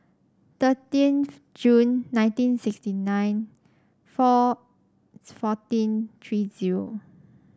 thirteenth Junly nineteen sixty nine four fourteen three zero